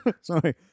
Sorry